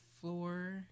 floor